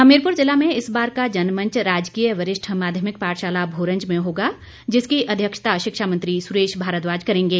हमीरपुर जिला में इस बार का जनमंच राजकीय वरिष्ठ माध्यमिक पाठशाला भोरंज में होगा जिसकी अध्यक्षता शिक्षा मंत्री सुरेश भारद्वाज करेंगे